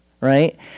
right